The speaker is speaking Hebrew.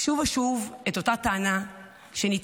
שוב ושוב את אותה טענה שנטענת,